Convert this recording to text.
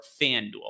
FanDuel